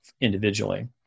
individually